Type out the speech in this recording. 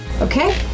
Okay